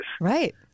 Right